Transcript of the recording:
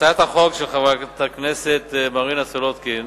הצעת החוק של חברת הכנסת מרינה סולודקין